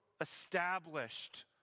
established